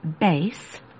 base